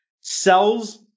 sells